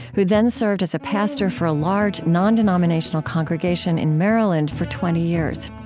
who then served as a pastor for a large non-denominational congregation in maryland for twenty years.